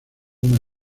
una